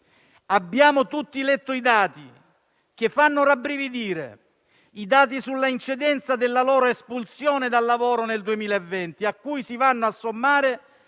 Abbiamo tutti letto i dati, che fanno rabbrividire: i dati sull'incidenza della loro espulsione dal lavoro nel 2020, a cui si vanno a sommare